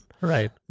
Right